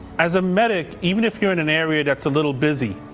as a medic, even if you're in an area that's a little busy,